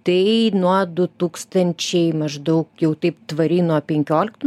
tai nuo du tūkstančiai maždaug jau taip tvariai nuo penkioliktų